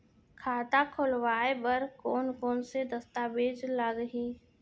खाता खोलवाय बर कोन कोन से दस्तावेज लागही?